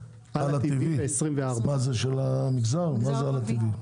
מה זה הלא טי.וי?